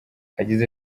yagize